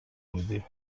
بودی